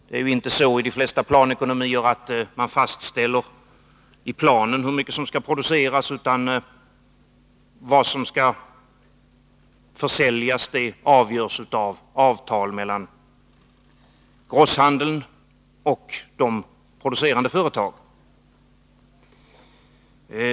Det är ju inte så i de flesta planekonomier, att man fastställer i planen hur mycket som skall produceras, utan vad som skall försäljas avgörs av avtal mellan grosshandeln och de producerande företagen.